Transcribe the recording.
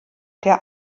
der